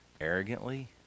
arrogantly